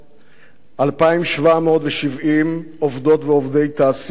2,770 עובדות ועובדי תעשייה ובינוי.